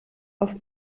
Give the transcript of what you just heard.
auf